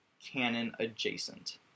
Canon-adjacent